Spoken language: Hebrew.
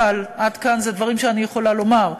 אבל עד כאן זה דברים שאני יכולה לומר.